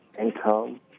income